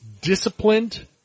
disciplined